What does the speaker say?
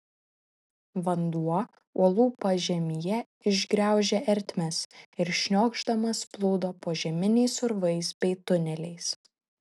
vanduo uolų pažemyje išgraužė ertmes ir šniokšdamas plūdo požeminiais urvais bei tuneliais